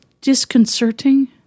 disconcerting